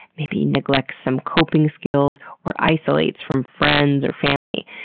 maybe neglects some coping skills or isolates from friends or family.